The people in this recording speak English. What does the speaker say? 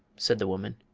said the woman.